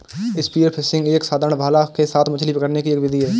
spear fishing एक साधारण भाला के साथ मछली पकड़ने की एक विधि है